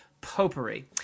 Popery